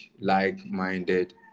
like-minded